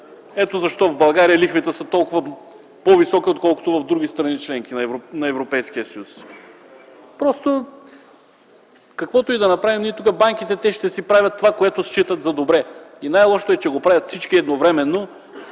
Ето защо в България лихвите са толкова по-високи, отколкото в други страни – членки на Европейския съюз. Каквото и да направим тук, банките ще си правят това, което считат за добре. Най-лошото е, че го правят всички едновременно